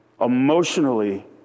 emotionally